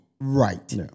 Right